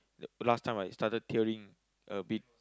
last time I tearing a bit